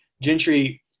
Gentry